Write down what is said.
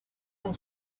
aún